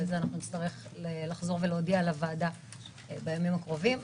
ואת זה נצטרך לחזור ולהודיע לוועדה בימים הקרובים.